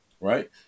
right